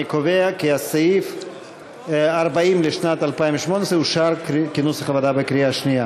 אני קובע כי סעיף 40 לשנת 2018 אושר כנוסח הוועדה בקריאה שנייה.